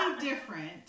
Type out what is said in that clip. different